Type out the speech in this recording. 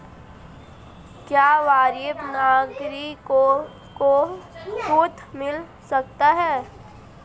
क्या वरिष्ठ नागरिकों को ऋण मिल सकता है?